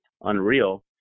unreal